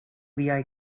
liaj